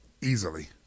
Easily